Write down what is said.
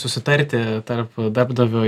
susitarti tarp darbdavio